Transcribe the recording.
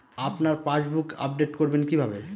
আপনার passbook update করবেন কিভাবে?